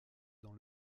dans